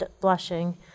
blushing